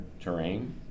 Terrain